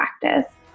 practice